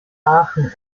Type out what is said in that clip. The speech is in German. aachen